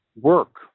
work